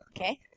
okay